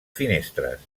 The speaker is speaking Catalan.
finestres